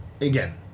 Again